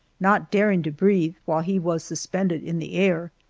not daring to breathe while he was suspended in the air.